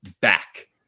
back